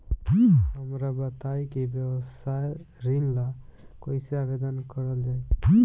हमरा बताई कि व्यवसाय ऋण ला कइसे आवेदन करल जाई?